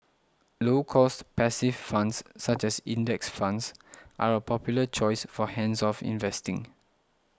low cost passive funds such as index funds are a popular choice for hands off investing